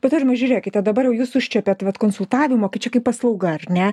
bet aurimai žiūrėkite dabar jau jūs užčiuopėt vat konsultavimo tai čia kaip paslauga ar ne